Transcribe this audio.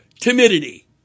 timidity